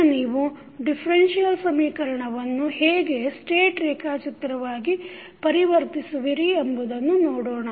ಈಗ ನೀವು ಡಿಫರೆನ್ಷಿಯಲ್ ಸಮೀಕರಣವನ್ನು ಹೇಗೆ ಸ್ಟೇಟ್ ರೇಖಾಚಿತ್ರವಾಗಿ ಪರಿವರ್ತಿಸುವಿರಿ ಎಂಬುದನ್ನು ನೋಡೋಣ